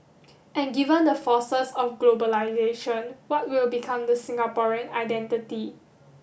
and given the forces of globalisation what will become the Singaporean identity